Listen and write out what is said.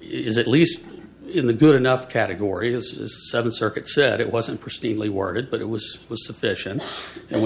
is at least in the good enough category as seven circuit said it wasn't personally worded but it was it was sufficient and when